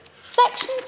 Section